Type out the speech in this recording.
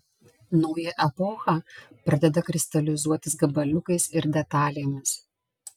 nauja epocha pradeda kristalizuotis gabaliukais ir detalėmis